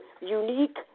unique